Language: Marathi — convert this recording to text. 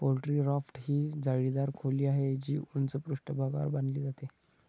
पोल्ट्री राफ्ट ही जाळीदार खोली आहे, जी उंच पृष्ठभागावर बांधली जाते